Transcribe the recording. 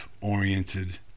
oriented